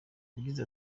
yagize